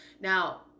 Now